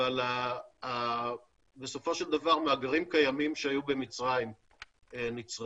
אבל בסופו של דבר מאגרים קיימים שהיו במצרים נצרכו,